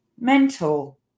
mental